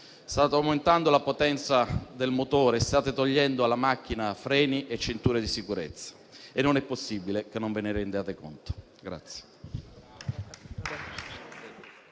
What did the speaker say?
State aumentando la potenza del motore, state togliendo alla macchina freni e cinture di sicurezza e non è possibile che non ve ne rendiate conto.